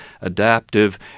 adaptive